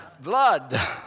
blood